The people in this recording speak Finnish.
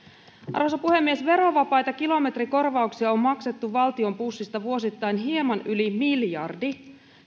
arvoisa puhemies verovapaita kilometrikorvauksia on maksettu valtion pussista vuosittain hieman yli miljardi